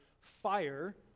fire